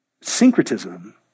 syncretism